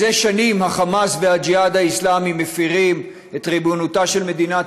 זה שנים החמאס והג'יהאד האסלאמי מפירים את ריבונותה של מדינת